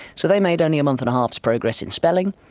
so they made only a month and a half progress in spelling,